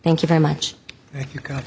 thank you very much thank you go